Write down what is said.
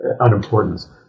unimportance